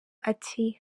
ati